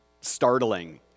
startling